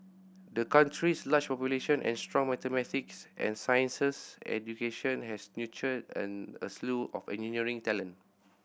the country's large population and strong mathematics and sciences education has nurtured a slew of engineering talent